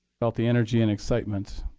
felt the energy and excitement.